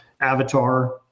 avatar